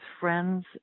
friends